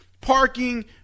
parking